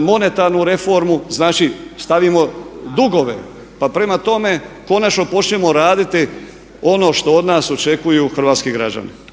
monetarnu reformu, znači stavimo dugove i prema tome konačno počnimo raditi ono što od nas očekuju hrvatski građani.